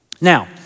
Now